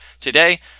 Today